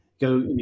Go